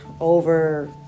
over